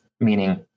meaning